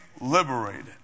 liberated